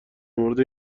مورد